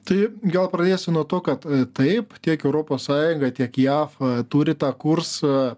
tai gal pradėsiu nuo to kad taip tiek europos sąjunga tiek jav turi tą kursą